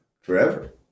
Forever